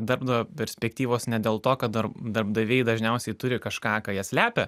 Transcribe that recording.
darbdavio perspektyvos ne dėl to kad darbdaviai dažniausiai turi kažką ką jie slepia